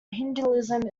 hinduism